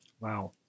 Wow